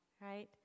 right